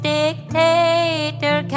dictator